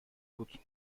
بود